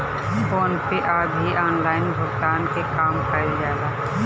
phone पे पअ भी ऑनलाइन भुगतान के काम कईल जाला